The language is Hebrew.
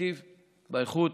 בטיב ובאיכות.